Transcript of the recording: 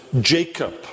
Jacob